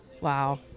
Wow